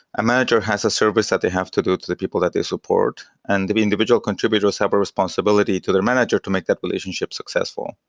a manager has a service that they have to do to the people that they support. and the individual contributors have a responsibility to their manager to make that relationship successful.